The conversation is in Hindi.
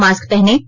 मास्क पहनें